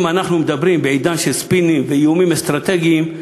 אם אנחנו מדברים בעידן של ספינים ואיומים אסטרטגיים,